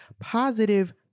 positive